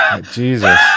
Jesus